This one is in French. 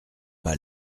pas